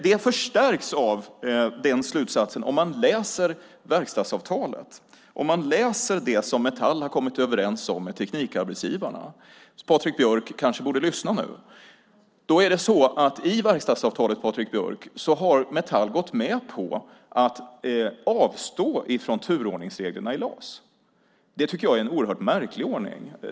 Det förstärker den slutsatsen om man läser verkstadsavtalet, om man läser det som Metall har kommit överens om med Teknikarbetsgivarna. I verkstadsavtalet, Patrik Björck, har Metall gått med på att avstå från turordningsreglerna i LAS. Det tycker jag är en oerhört märklig ordning.